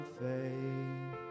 faith